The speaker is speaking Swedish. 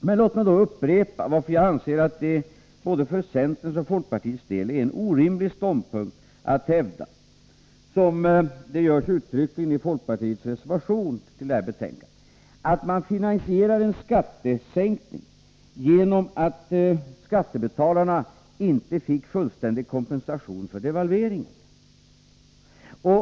Men låt mig upprepa varför jag anser att det både för centerns och för folkpartiets del är en orimlig ståndpunkt att hävda, som nu görs uttryckligen i folkpartiets reservation till detta betänkande, att man finansierar en skattesänkning genom att skattebetalarna inte fick fullständig kompensation för devalveringen.